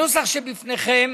הנוסח שבפניכם